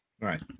Right